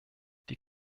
die